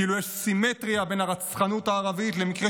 כאילו יש סימטרייה בין הרצחנות הערבית למקרי